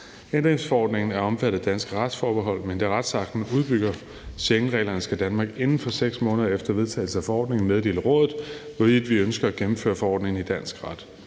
Ændringsforordningen er omfattet af det danske retsforbehold, men da retsakten udbygger Schengenreglerne, skal Danmark inden for 6 måneder efter vedtagelse af forordningen meddele Rådet, hvorvidt vi ønsker at gennemføre forordningen i dansk ret.